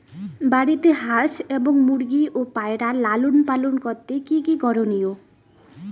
বাড়িতে হাঁস এবং মুরগি ও পায়রা লালন পালন করতে কী কী করণীয়?